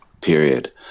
period